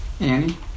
Annie